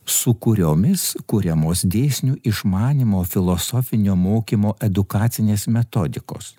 su kuriomis kuriamos dėsnių išmanymo filosofinio mokymo edukacinės metodikos